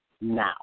now